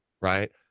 Right